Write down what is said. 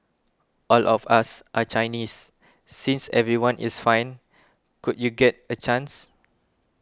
all of us are Chinese since everyone is fine could you get a chance